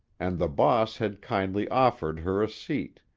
and the boss had kindly offered her a seat,